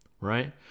right